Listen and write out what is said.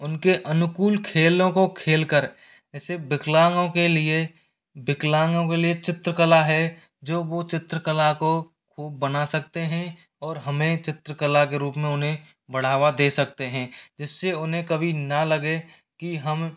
उनके अनुकूल खेलों को खेल कर इसे विकलांगों के लिए विकलांगों के लिए चित्रकला है जो वो चित्रकला को खूब बना सकते हैं और हमें चित्रकला के रूप में उन्हें बढ़ावा दे सकते हैं जिससे उन्हें कभी ना लगे कि हम